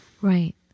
Right